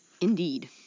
Indeed